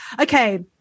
Okay